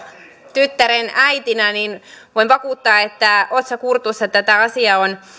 tyttären äitinä voin vakuuttaa että otsa kurtussa tätä asiaa on